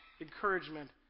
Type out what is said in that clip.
encouragement